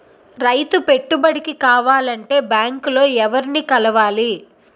రైతు పెట్టుబడికి కావాలంటే బ్యాంక్ లో ఎవరిని కలవాలి?